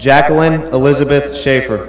jacqueline elizabeth safer